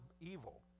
evil